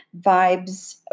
Vibes